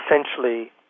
essentially